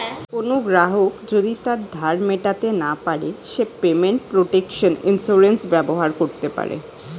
কোনো গ্রাহক যদি তার ধার মেটাতে না পারে সে পেমেন্ট প্রটেকশন ইন্সুরেন্স ব্যবহার করতে পারে